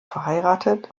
verheiratet